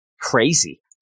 crazy